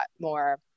more